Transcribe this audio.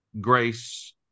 grace